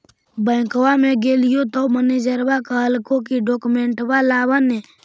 बैंकवा मे गेलिओ तौ मैनेजरवा कहलको कि डोकमेनटवा लाव ने?